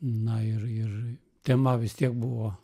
na ir ir tema vis tiek buvo